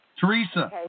Teresa